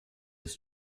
was